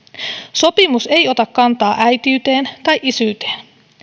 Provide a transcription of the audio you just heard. sopimus ei ota kantaa äitiyteen tai isyyteen